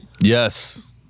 Yes